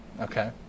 Okay